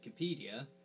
Wikipedia